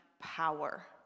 power